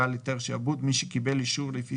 "בעל היתר שעבוד" מי שקיבל אישור לפי